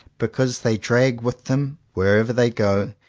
because they drag with them, wherever they go,